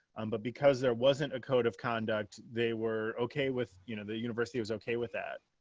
um but because there wasn't a code of conduct. they were okay with you know the university was okay with that.